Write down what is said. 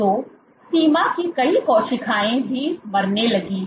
तो सीमा की कई कोशिकाएँ भी मरने लगी हैं